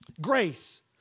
Grace